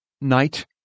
night